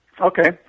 Okay